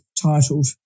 titled